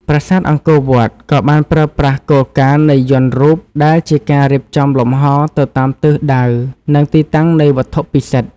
ប្រាសាទអង្គរវត្តក៏បានប្រើប្រាស់គោលការណ៍នៃយន្តរូបដែលជាការរៀបចំលំហទៅតាមទិសដៅនិងទីតាំងនៃវត្ថុពិសិដ្ឋ។